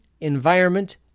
environment